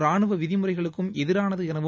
ராணுவ விதிமுறைகளுக்கும் எதிரானது எனவும்